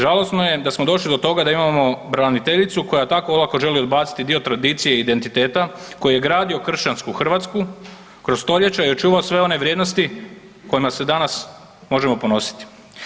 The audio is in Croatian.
Žalosno je da smo došli do toga da imamo braniteljicu koja tako olako želi odbaciti dio tradicije i identiteta koji je gradio kršćansku Hrvatsku kroz stoljeća i očuvao sve one vrijednosti kojima se danas možemo ponositi.